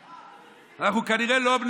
אנחנו כנראה לא בחשבון,